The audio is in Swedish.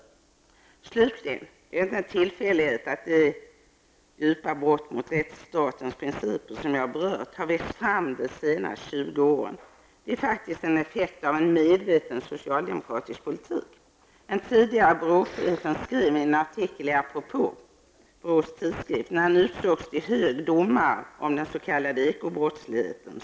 Avslutningsvis, det är inte en tillfällighet att de djupa brott mot rättsstatens principer som jag berört har växt fram under de senaste tjugo åren. Det är faktiskt en effekt av en medveten socialdemokratisk politik. Den tidigare BRÅ chefen skrev en artikel i Apropå, BRÅs tidskrift, när han utsågs till hög domare, om den s.k. ekobrottsligheten.